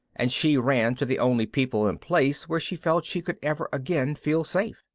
and she ran to the only people and place where she felt she could ever again feel safe.